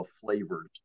flavors